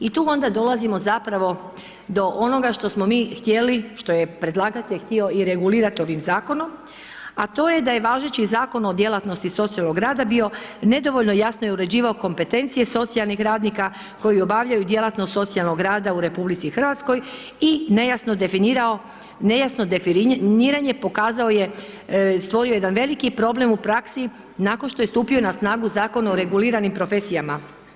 I tu onda dolazimo zapravo do onoga što smo mi htjeli, što je predlagatelj htio i regulirati ovim zakonom a to je da je važeći zakon o djelatnosti socijalnog rada bio nedovoljno jasno je uređivao kompetencije socijalnih radnika koji obavljaju djelatnost socijalnog rada u RH i nejasno definiranje pokazao je, stvorio je jedan veliki problem u praksi nakon što je stupio na snagu Zakon o reguliranim profesijama.